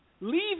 Leave